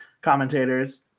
commentators